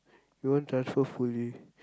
you won't transfer fully